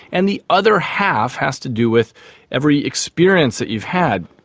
and the other half has to do with every experience that you've had.